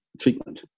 treatment